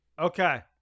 Okay